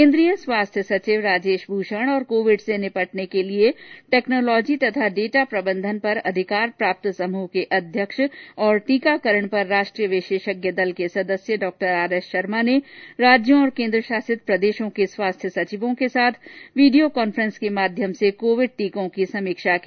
केन्द्रीय स्वास्थ्य सचिव राजेश भूषण और कोविड से निपटने के लिए टैक्नोलॉजी तथा डेटा प्रबन्धन पर अधिकार प्राप्त समृह के अध्यक्ष और टीकाकरण पर राष्ट्रीय विशेषज्ञ दल के सदस्य डॉ आरएस शर्मा ने राज्यों और केन्द्र प्रशासित प्रदेशो के स्वास्थ्य सचिवों के साथ वीडियो कांफ्रेस के माध्यम से कोविड टीकों की समीक्षा की